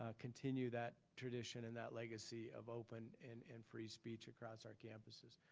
ah continue that tradition and that legacy of open and and free speech across our campuses.